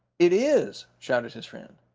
it is! shouted his friend.